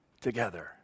together